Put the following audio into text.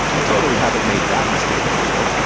i totally haven't made that mistake before.